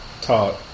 talk